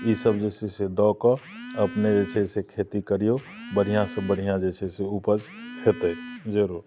vibrate ई सब जे छै से दऽ कऽ वाइब्रेट अपने जे छै से खेती करियौ बढ़िआँ सँ बढ़िआँ जे छै से उपज हेतै जरूर